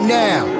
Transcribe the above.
now